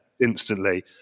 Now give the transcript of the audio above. Instantly